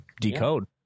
decode